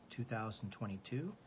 2022